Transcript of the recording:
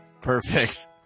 Perfect